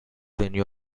venue